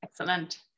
Excellent